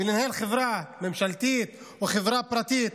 מנהל חברה ממשלתית או חברה פרטית,